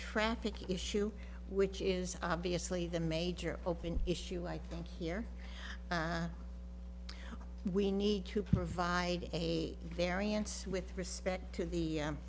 traffic issue which is obviously the major open issue i think here we need to provide a variance with respect to the